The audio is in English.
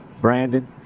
Brandon